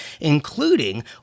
including